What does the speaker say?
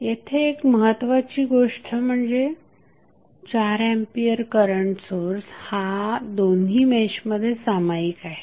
येथे एक महत्त्वाची गोष्ट म्हणजे 4 एंपियर करंट सोर्स हा दोन्ही मेशमध्ये सामायिक आहे